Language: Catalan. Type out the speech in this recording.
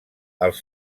els